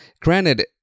granted